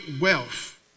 wealth